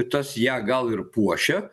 tas ją gal ir puošia